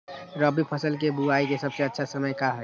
रबी फसल के बुआई के सबसे अच्छा समय का हई?